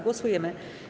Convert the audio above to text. Głosujemy.